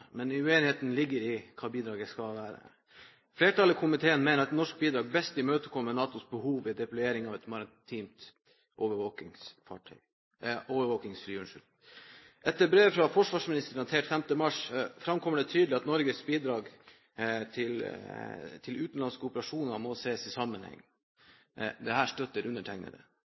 men uenigheten ligger i hva bidraget skal være. Flertallet i komiteen mener at et norsk bidrag best imøtekommer NATOs behov ved deployering av et maritimt overvåkingsfly. I brevet fra forsvarsministeren, datert 15. mars, framkommer det tydelig at Norges bidrag til utenlandske operasjoner må ses i sammenheng. Dette støtter undertegnede.